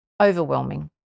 overwhelming